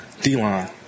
D-line